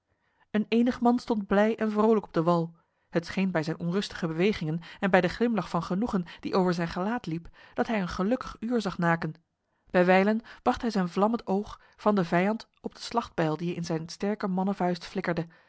een enig man stond blij en vrolijk op de wal het scheen bij zijn onrustige bewegingen en bij de glimlach van genoegen die over zijn gelaat liep dat hij een gelukkig uur zag naken bijwijlen bracht hij zijn vlammend oog van de vijand op de slachtbijl die in zijn sterke mannenvuist flikkerde